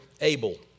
Abel